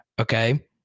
Okay